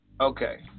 Okay